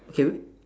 okay